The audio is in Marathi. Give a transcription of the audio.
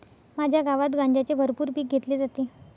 माझ्या गावात गांजाचे भरपूर पीक घेतले जाते